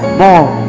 more